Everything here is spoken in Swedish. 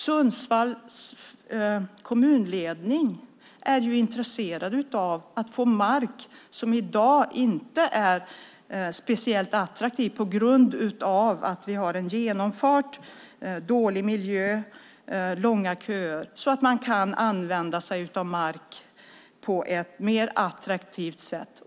Sundsvalls kommunledning är intresserad av att få mark som i dag inte är speciellt attraktiv på grund av en genomfart, en dålig miljö och långa köer. Man vill kunna använda sig av mark på ett mer attraktivt sätt.